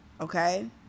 Okay